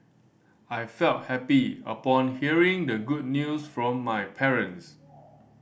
I felt happy upon hearing the good news from my parents